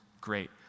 great